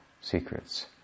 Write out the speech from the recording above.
secrets